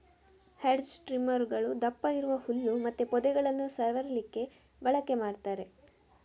hedge ಟ್ರಿಮ್ಮರುಗಳು ದಪ್ಪ ಇರುವ ಹುಲ್ಲು ಮತ್ತೆ ಪೊದೆಗಳನ್ನ ಸವರ್ಲಿಕ್ಕೆ ಬಳಕೆ ಮಾಡ್ತಾರೆ